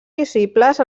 visibles